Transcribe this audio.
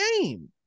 game